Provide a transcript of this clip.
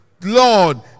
Lord